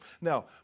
Now